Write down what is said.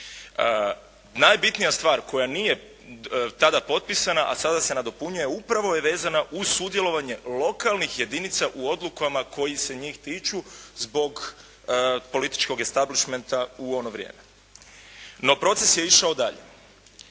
Najbitnija stvar koja nije tada potpisana a sada se nadopunjuje upravo je vezana uz sudjelovanje lokalnih jedinica u odlukama koje se njih tiču zbog političkog establishmenta u ono vrijeme. No, proces je išao dalje.